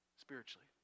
spiritually